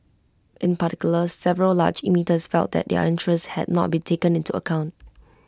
in particular several large emitters felt that their interests had not been taken into account